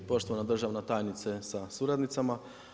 Poštovana državna tajnice sa suradnicama.